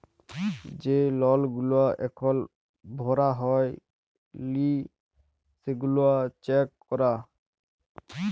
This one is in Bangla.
যে লল গুলা এখল ভরা হ্যয় লি সেগলা চ্যাক করা